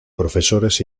profesores